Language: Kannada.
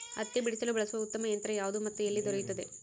ಹತ್ತಿ ಬಿಡಿಸಲು ಬಳಸುವ ಉತ್ತಮ ಯಂತ್ರ ಯಾವುದು ಮತ್ತು ಎಲ್ಲಿ ದೊರೆಯುತ್ತದೆ?